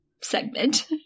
segment